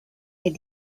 est